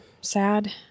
sad